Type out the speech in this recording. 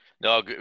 No